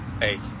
Hey